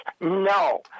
no